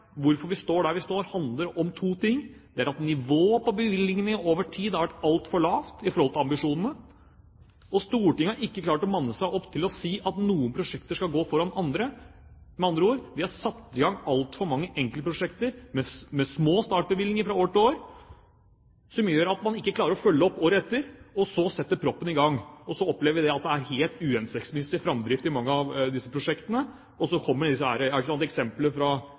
hvorfor vi står der vi står, handler om to ting: At nivået på bevilgningene over tid har vært altfor lavt i forhold til ambisjonene, og at Stortinget ikke har klart å manne seg opp til å si at noen prosjekter skal gå foran andre. Med andre ord: Vi har satt i gang altfor mange enkeltprosjekter med små startbevilgninger fra år til år, som gjør at man ikke klarer å følge opp året etter, og så satt proppen i, og så opplever vi at det er helt uhensiktsmessig framdrift i mange av disse prosjektene. Så får vi disse